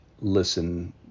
listen